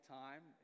time